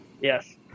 Yes